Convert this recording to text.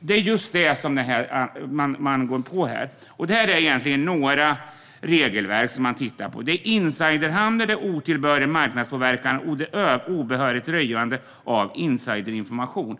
det är just det som detta handlar om. Det är egentligen några olika regelverk man tittar på. Det gäller insiderhandel, otillbörlig marknadspåverkan och obehörigt röjande av insiderinformation.